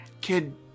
Kid